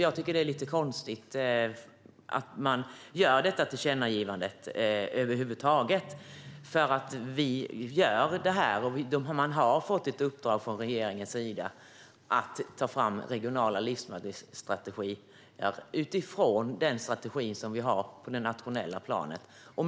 Jag tycker därför att det är lite konstigt att man över huvud taget gör detta tillkännagivande, eftersom det har getts ett uppdrag från regeringen att det ska tas fram regionala livsmedelsstrategier utifrån den strategi som vi har på det nationella planet.